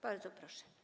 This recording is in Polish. Bardzo proszę.